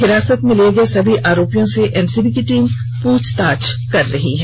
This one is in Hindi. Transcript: हिरासत में लिए गए सभी आरोपियों से एनसीबी की टीम पूछताछ कर रही है